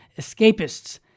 escapists